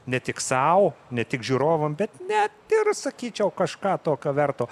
ne tik sau ne tik žiūrovam bet net ir sakyčiau kažką tokio verto